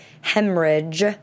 hemorrhage